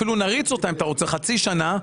אפילו נריץ אותה, אם אתה רוצה, חצי שנה.